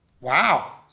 Wow